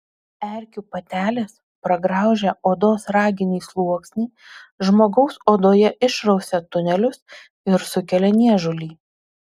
erkių patelės pragraužę odos raginį sluoksnį žmogaus odoje išrausia tunelius ir sukelia niežulį